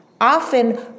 often